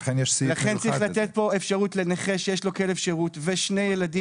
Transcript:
לכן צריך לתת פה אפשרות לנכה שיש לו כלב שירות ושני ילדים